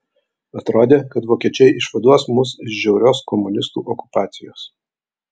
atrodė kad vokiečiai išvaduos mus iš žiaurios komunistų okupacijos